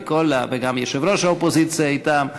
וגם יושב-ראש האופוזיציה אתם,